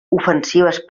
ofensives